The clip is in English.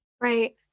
right